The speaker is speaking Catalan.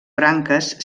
branques